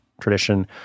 tradition